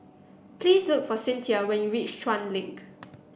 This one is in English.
please look for Cynthia when you reach Chuan Link